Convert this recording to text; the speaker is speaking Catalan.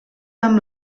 amb